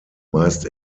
meist